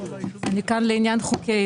אני כאן לעניין חוקי עידוד.